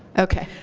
ok.